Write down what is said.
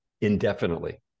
indefinitely